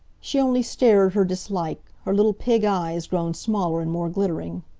she only stared her dislike, her little pig eyes grown smaller and more glittering.